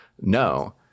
No